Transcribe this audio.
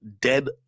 dead